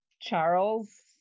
charles